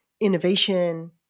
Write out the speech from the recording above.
innovation